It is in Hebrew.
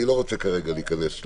אני לא רוצה כרגע להיכנס לפרטים.